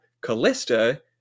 Callista